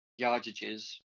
yardages